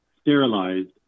sterilized